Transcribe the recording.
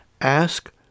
ask